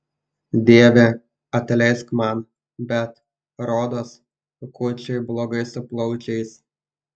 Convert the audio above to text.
dieve atleisk man bet rodos kučui blogai su plaučiais